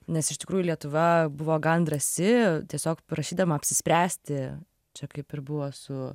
nes iš tikrųjų lietuva buvo gan drąsi tiesiog prašydama apsispręsti čia kaip ir buvo su